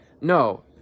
No